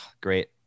Great